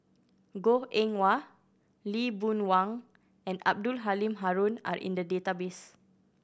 Goh Eng Wah Lee Boon Wang and Abdul Halim Haron are in the database